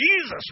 Jesus